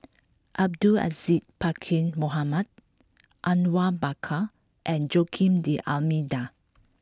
Abdul Aziz Pakkeer Mohamed Awang Bakar and Joaquim D'almeida